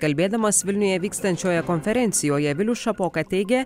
kalbėdamas vilniuje vykstančioje konferencijoje vilius šapoka teigė